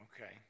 Okay